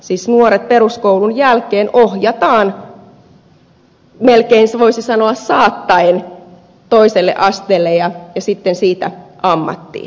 siis nuoret peruskoulun jälkeen ohjataan melkein voisi sanoa saattaen toiselle asteelle ja siitä ammattiin ja tämä hyvä